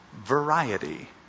variety